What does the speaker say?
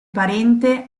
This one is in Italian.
parente